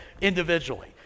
individually